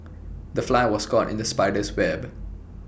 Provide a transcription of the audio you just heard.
the fly was caught in the spider's web